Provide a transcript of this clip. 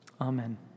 Amen